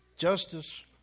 Justice